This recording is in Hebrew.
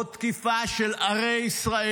עוד תקיפה של ערי ישראל.